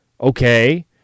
okay